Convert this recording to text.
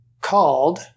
called